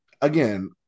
again